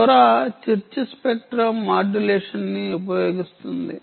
LoRa refer time 7421 chirp spectrum modulation ని ఉపయోగిస్తుంది